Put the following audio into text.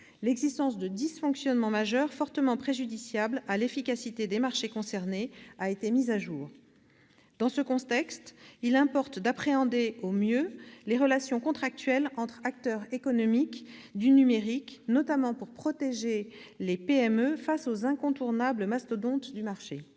l'existence de dysfonctionnements majeurs fortement préjudiciables à l'efficacité des marchés concernés a été mise à jour. Dans ce contexte, il importe d'appréhender au mieux les relations contractuelles entre acteurs économiques du numérique, notamment pour protéger les PME face aux incontournables mastodontes du marché.